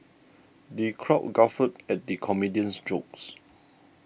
the crowd guffawed at the comedian's jokes